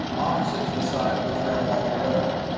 opposite to the side which ran along the road.